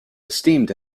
esteemed